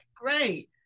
Great